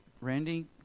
Randy